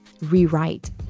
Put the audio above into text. rewrite